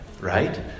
right